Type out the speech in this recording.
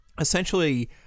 essentially